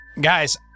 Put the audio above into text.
guys